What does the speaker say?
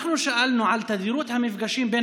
אנחנו שאלנו על תדירות המפגשים בין